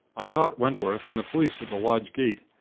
i caught wentworth and the police at the lodge gate.